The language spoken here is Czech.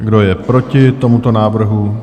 Kdo je proti tomuto návrhu?